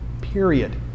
period